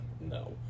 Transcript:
no